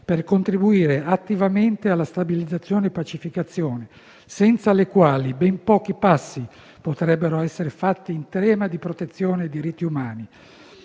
per contribuire attivamente alla stabilizzazione e pacificazione, senza le quali ben pochi passi potrebbero essere fatti in tema di protezione e diritti umani.